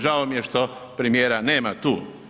Žao mi je što premijera nema tu.